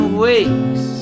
wakes